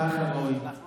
כך היה תמיד, וכך יהיה.